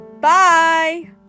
Bye